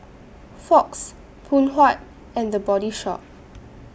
Fox Phoon Huat and The Body Shop